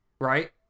Right